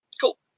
cool